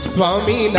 Swami